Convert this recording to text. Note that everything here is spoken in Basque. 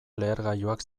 lehergailuak